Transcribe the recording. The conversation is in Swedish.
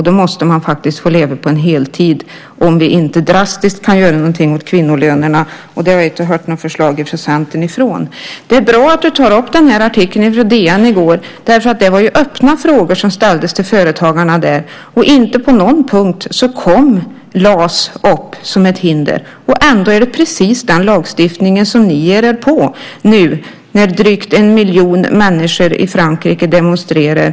Då måste man få leva på en heltidslön, om vi inte drastiskt kan göra någonting åt kvinnolönerna - och det har jag inte hört något förslag om från Centern. Det är bra att du tar upp artikeln i DN i går. Det var ju öppna frågor som ställdes till företagarna där, och inte på någon punkt kom LAS upp som ett hinder. Ändå är det precis den lagstiftningen som ni ger er på nu när drygt en miljon människor i Frankrike demonstrerar.